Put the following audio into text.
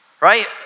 right